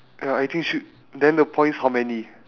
ya I think should then the points how many